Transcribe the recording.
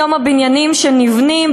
היום הבניינים שנבנים,